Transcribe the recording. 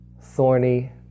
thorny